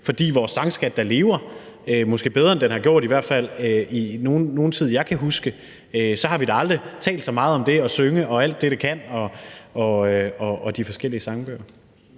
fordi vores sangskat da lever, måske bedre, end den har gjort. Vi har da aldrig – i hvert fald i nogen tid, jeg kan huske – talt så meget om at det at synge og alt det, det kan, og de forskellige sangbøger.